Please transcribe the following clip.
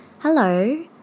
Hello